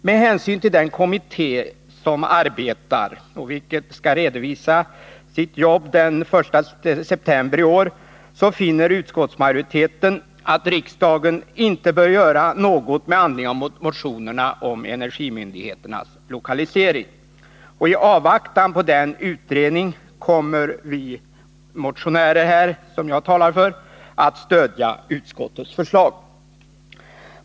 Med hänsyn till organisationskommitténs utredningsuppdrag, vilket skall redovisas den 1 september i år, finner utskottsmajoriteten att riksdagen inte bör göra något med anledning av motionerna om energimyndigheternas lokalisering. I avvaktan på den utredningen kommer vi som väckt motion nr 1978 att stödja utskottets förslag.